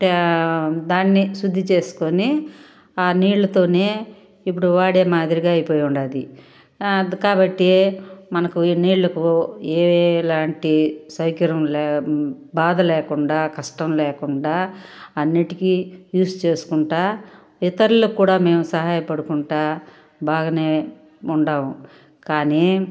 అంటే దాన్ని శుద్ధి చేసుకొని నీళ్ళతో ఇపుడు వాడే మాదిరిగా అయిపోయింది అంత కాబట్టీ మనకు ఈ నీళ్ళకు ఎలాంటి సౌకర్యం లే బాధ లేకుండా కష్టం లేకుండా అన్నిటికీ యూస్ చేసుకుంటు ఇతరులకు కూడా మేము సహాయపడుకుంటు బాగా ఉన్నాం కానీ